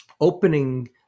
opening